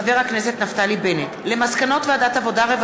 נפתלי בנט על מסקנות ועדת העבודה,